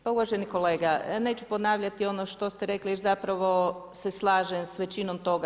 Pa uvaženi kolega, neću ponavljati ono što ste reli jer zapravo se slažem s većinom toga.